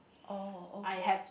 oh okay